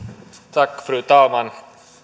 tack fru talman